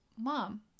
Mom